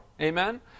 Amen